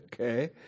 okay